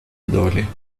долі